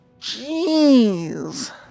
Jeez